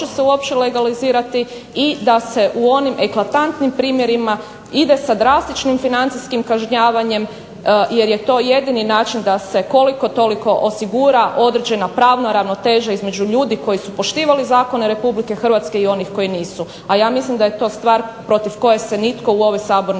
što će se uopće legalizirati i da se u onim eklatantnim primjerima ide sa drastičnim financijskim kažnjavanjem, jer je to jedini način da se koliko toliko osigura određena pravna ravnoteža između ljudi koji su poštivali zakone Republike Hrvatske i onih koji nisu. A ja mislim da je to stvar protiv koje se nitko u ovoj sabornici